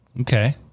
Okay